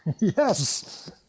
Yes